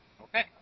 Okay